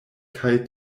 kaj